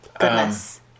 goodness